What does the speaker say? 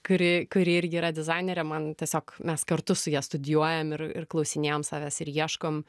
kuri kuri irgi yra dizainerė man tiesiog mes kartu su ja studijuojam ir ir klausinėjam savęs ir ieškom